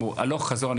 הלוך חזור,